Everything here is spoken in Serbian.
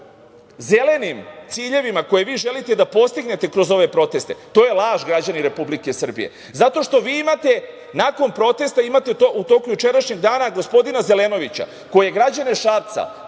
zelenim ciljevima koje vi želite da postignete kroz ove proteste, to je laž građani Republike Srbije zato što vi imate, nakon protesta, u toku jučerašnjeg dana gospodina Zelenovića koji je građane Šapca